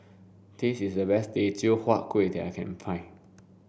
this is the best Teochew Huat Kuih that I can find